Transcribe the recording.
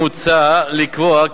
מוצע לקבוע,